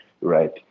right